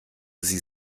sie